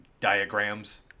diagrams